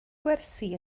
gwersi